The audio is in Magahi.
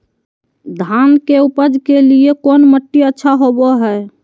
धान के अधिक उपज के लिऐ कौन मट्टी अच्छा होबो है?